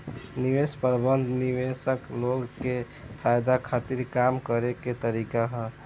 निवेश प्रबंधन निवेशक लोग के फायदा खातिर काम करे के तरीका ह